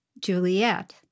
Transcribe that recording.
Juliet